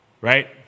right